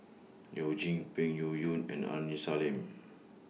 YOU Jin Peng Yuyun and Aini Salim